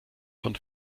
von